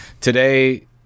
today